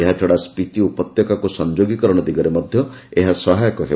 ଏହାଛଡା ସ୍ୱିତି ଉପତ୍ୟକାକୁ ସଂଯୋଗୀକରଣ ଦିଗରେ ମଧ୍ୟ ଏହା ସହାୟକ ହେବ